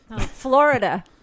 Florida